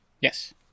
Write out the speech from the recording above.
Yes